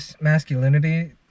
masculinity